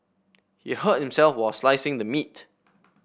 he hurt himself while slicing the meat